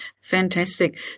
Fantastic